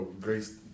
Grace